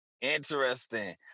Interesting